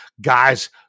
guys